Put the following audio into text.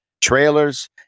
trailers